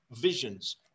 visions